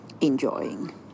enjoying